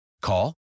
Call